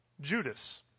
Judas